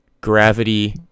gravity